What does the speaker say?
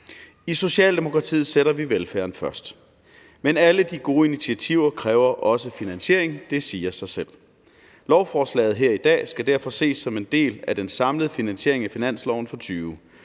I Socialdemokratiet sætter vi velfærden først, men alle de gode initiativer kræver også finansiering – det siger sig selv. Lovforslaget her i dag skal derfor ses som en del af den samlede finansiering af finansloven for 2020.